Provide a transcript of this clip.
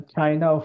China